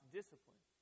discipline